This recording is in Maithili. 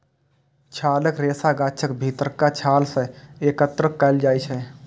छालक रेशा गाछक भीतरका छाल सं एकत्र कैल जाइ छै